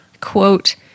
Quote